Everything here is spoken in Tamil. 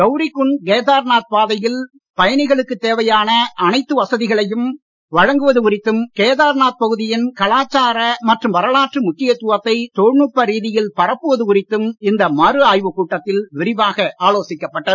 கவுரிகுண்ட் கேதார்நாத் பாதையில் பயணிகளுக்கு தேவையான அனைத்து வசதிகளையும் வழங்குவது குறித்தும் கேதார்நாத் பகுதியின் கலாச்சார மற்றும் வரலாற்று முக்கியத்துவத்தை தொழில்நுட்ப ரீதியில் பரப்புவது குறித்தும் இந்த மறு ஆய்வு கூட்டத்தில் விரிவாக ஆலோசிக்கப்பட்டது